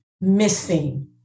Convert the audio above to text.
missing